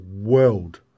world